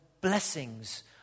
blessings